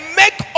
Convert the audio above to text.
make